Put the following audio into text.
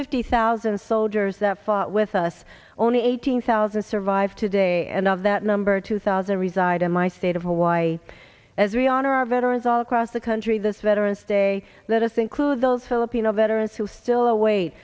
fifty thousand soldiers that fought with us only eighteen thousand survive today and of that number two thousand reside in my state of hawaii as we honor our veterans all across the country this veterans day let us include those filipino veterans who still awa